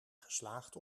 geslaagd